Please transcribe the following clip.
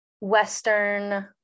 Western